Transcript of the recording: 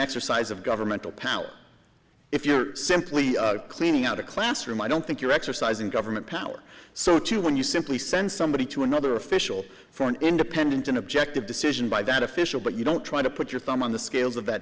exercise of governmental power if you're simply cleaning out a classroom i don't think you're exercising government power so to when you simply send somebody to another official for an independent and objective decision by that official but you don't try to put your thumb on the scales of that